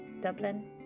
Dublin